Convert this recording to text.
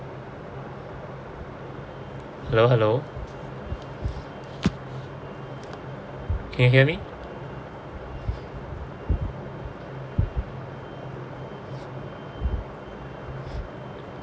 hello hello can you hear me